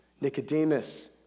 Nicodemus